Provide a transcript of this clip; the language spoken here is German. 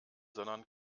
sondern